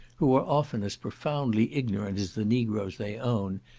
who are often as profoundly ignorant as the negroes they own,